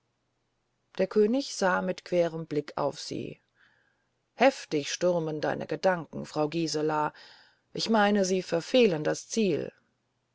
der könig sah mit querem blick auf sie heftig stürmen deine gedanken frau gisela ich meine sie verfehlen das ziel